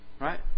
Right